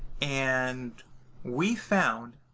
and we found